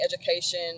education